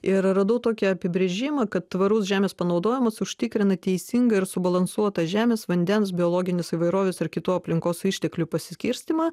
ir radau tokį apibrėžimą kad tvarus žemės panaudojimas užtikrina teisingą ir subalansuotą žemės vandens biologinės įvairovės ir kitų aplinkos išteklių pasiskirstymą